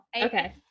Okay